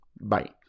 Bye